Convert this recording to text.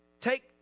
Take